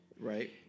Right